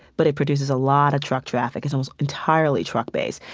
but it produces a lot of truck traffic. it's almost entirely truck-based.